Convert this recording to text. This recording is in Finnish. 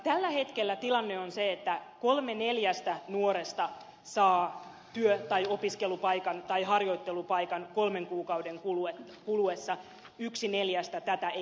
tällä hetkellä tilanne on se että kolme neljästä nuoresta saa työ tai opiskelupaikan tai harjoittelupaikan kolmen kuukauden kuluessa yksi neljästä tätä ei saa